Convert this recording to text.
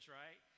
right